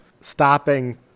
stopping